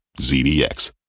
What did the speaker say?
ZDX